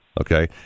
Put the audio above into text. okay